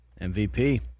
MVP